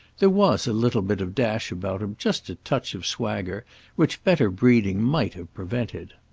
there was a little bit of dash about him just a touch of swagger which better breeding might have prevented.